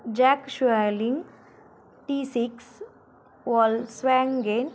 jack श्वेयली T six Volkswagen